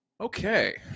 okay